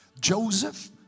Joseph